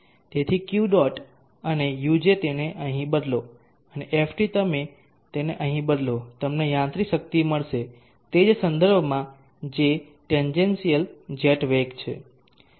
તેથી Q dot અને Uj તેને અહીં બદલો અને Ft તમે તેને અહીં બદલો તમને યાંત્રિક શક્તિ મળશે તે જ સંદર્ભમાં જે ટેજેન્ટિઅલ જેટ વેગ છે